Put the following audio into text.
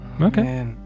Okay